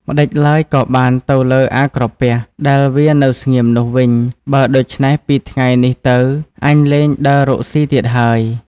ម្តេចឡើយក៏បានទៅលើអាក្រពះ ដែលវានៅស្ងៀមនោះ វិញ បើដូច្នេះពីថ្ងៃនេះទៅ អញលែងដើររកស៊ីទៀតហើយ។